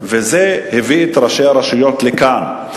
וזה הביא את ראשי הרשויות לכאן,